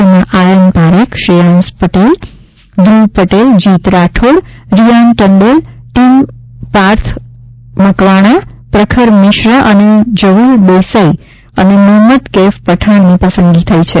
જેમાં આર્યન પારેખ શ્રેયાંશ પટેલ ધ્રુવ પટેલ જીત રાઠોડ રિયાન ટંડેલ ટીમ પાર્થ મકવાણા પ્રખર મિશ્રા અને જ્વલ દેસાઇ અને મહમદ કેફ પઠાણની પસંદગી થઇ છે